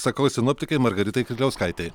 sakau sinoptikei margaritai kirkliauskaitei